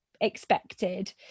expected